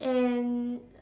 and